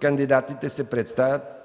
Кандидатите се представят